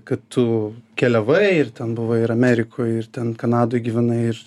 kad tu keliavai ir ten buvo ir amerikoj ir ten kanadoj gyvenai ir